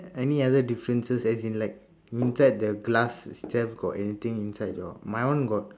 any other differences as in like inside the glass shelf got anything inside or not my one got